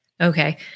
Okay